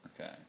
Okay